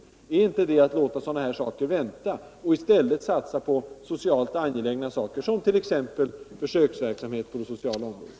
Att ta det viktigaste först, det är väl att låta sådana här saker vänta och i stället satsa på angelägna frågor, som t.ex. försöksverksamhet på det sociala området?